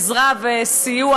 עזרה וסיוע,